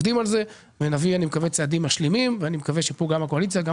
נביא צעדים משלימים - אני מקווה שגם הקואליציה וגם